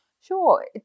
Sure